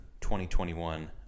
2021